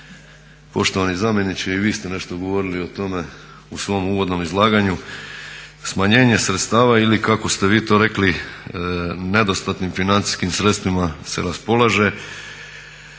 poštovani zamjeniče i vi ste nešto govorili o tome u svom uvodnom izlaganju, smanjenje sredstava ili kako ste vi to rekli nedostatnim financijskim sredstvima se raspolaže.